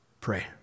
pray